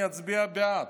אני אצביע בעד.